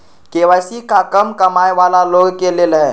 KYC का कम कमाये वाला लोग के लेल है?